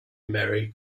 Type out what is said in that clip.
merry